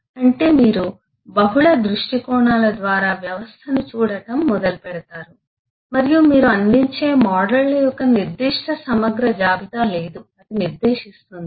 అంటే మీరు బహుళ దృష్టికోణాల ద్వారా వ్యవస్థను చూడటం మొదలుపెడతారు మరియు మీరు అందించే మోడళ్ల యొక్క నిర్దిష్ట సమగ్ర జాబితా లేదు అది నిర్దేశిస్తుంది